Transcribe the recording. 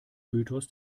mythos